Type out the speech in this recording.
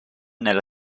nella